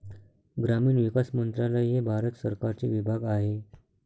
ग्रामीण विकास मंत्रालय हे भारत सरकारचे विभाग आहे